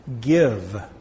give